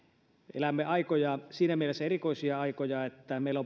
elämme siinä mielessä erikoisia aikoja että meillä